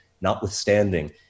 notwithstanding